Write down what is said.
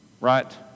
right